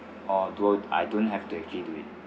or do I don't have to actually do it